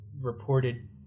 reported